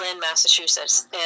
massachusetts